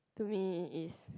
to me is